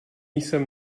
jsem